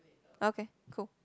okay cool